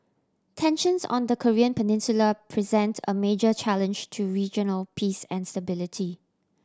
tensions on the Korean Peninsula present a major challenge to regional peace and stability